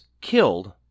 killed